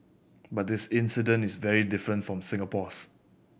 but this incident is very different from Singapore's